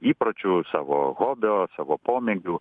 įpročių savo hobio savo pomėgių